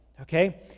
okay